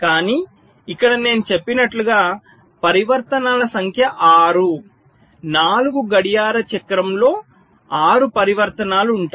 కానీ ఇక్కడ నేను చెప్పినట్లుగా పరివర్తనాల సంఖ్య 6 4 గడియార చక్రంలో 6 పరివర్తనాలు ఉంటాయి